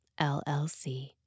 LLC